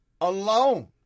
alone